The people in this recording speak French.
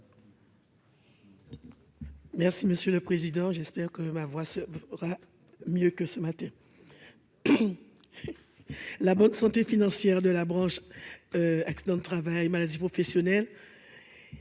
Merci monsieur le président, j'espère que ma voix, mieux que ce matin, la bonne santé financière de la branche accident de travail, maladies professionnelles